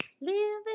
Living